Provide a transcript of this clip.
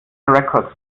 records